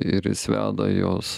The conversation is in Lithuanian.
ir jis veda jos